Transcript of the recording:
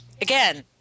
again